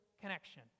connection